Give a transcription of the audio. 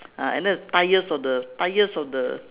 ah and then the tyres of the tyres of the